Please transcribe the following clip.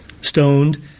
stoned